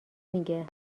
میگه